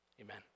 amen